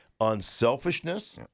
Unselfishness